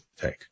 take